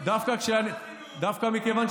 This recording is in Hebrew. זו דמגוגיה, דמגוגיה.